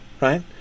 right